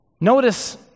Notice